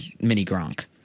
mini-Gronk